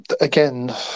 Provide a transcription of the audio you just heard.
again